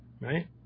right